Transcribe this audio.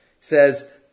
says